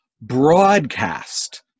broadcast